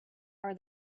are